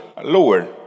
lower